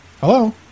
Hello